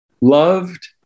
loved